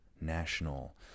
national